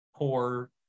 Poor